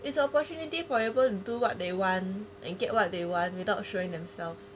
it's an opportunity for whatever you do what they want and get what they want without showing themselves